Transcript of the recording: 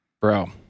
Bro